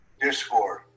Discord